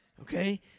okay